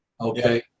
Okay